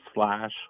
slash